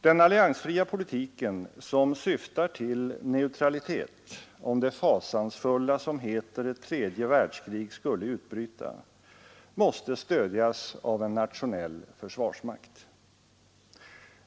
Den alliansfria politiken, som syftar till neutralitet om det fasansfulla som heter ett tredje världskrig skulle utbryta, måste stödjas av en nationell försvarsmakt.